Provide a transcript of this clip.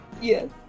Yes